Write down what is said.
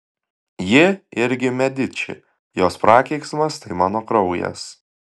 ji irgi mediči jos prakeiksmas tai mano kraujas